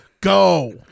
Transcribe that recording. Go